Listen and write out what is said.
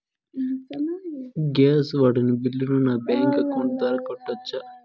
Gas వాడిన బిల్లును నా బ్యాంకు అకౌంట్ ద్వారా కట్టొచ్చా?